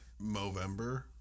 Movember